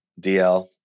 DL